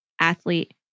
athlete